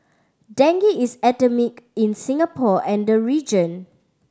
Dengue is endemic in Singapore and the region